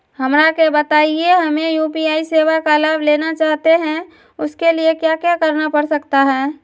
हमरा के बताइए हमें यू.पी.आई सेवा का लाभ लेना चाहते हैं उसके लिए क्या क्या करना पड़ सकता है?